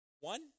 One